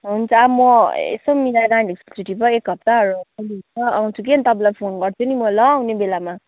हुन्छ अब म यसो मिलाएर नानीहरूको छुट्टी भयो एक हफ्ताहरू खाली हुन्छ आउँछु कि अनि त तपाईँलाई फोन गर्छु नि ल म आउने बेलामा